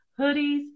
hoodies